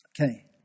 Okay